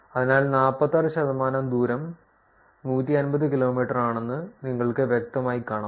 അതിനാൽ 46 ശതമാനം ദൂരം 150 കിലോമീറ്ററാണെന്ന് നിങ്ങൾക്ക് വ്യക്തമായി കാണാം